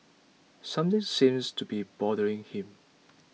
something seems to be bothering him